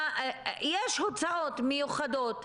יש הוצאות מיוחדות.